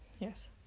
Yes